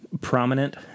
prominent